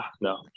no